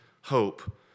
hope